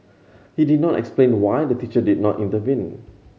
he did not explain why the teacher did not intervene